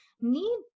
need